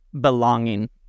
belonging